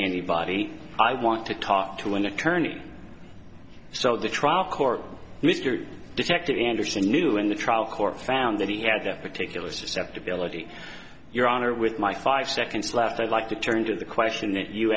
anybody i want to talk to an attorney so the trial court mr detective anderson new in the trial court found that he had that particular susceptibility your honor with my five seconds left i'd like to turn to the question